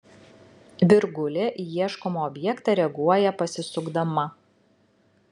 virgulė į ieškomą objektą reaguoja pasisukdama